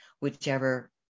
whichever